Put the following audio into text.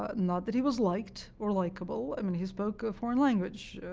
ah not that he was liked or likable. i mean, he spoke a foreign language,